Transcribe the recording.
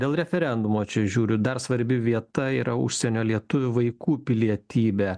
dėl referendumo čia žiūriu dar svarbi vieta yra užsienio lietuvių vaikų pilietybė